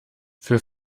für